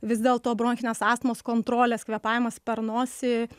vis dėlto bronchinės astmos kontrolės kvėpavimas per nosį